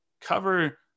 cover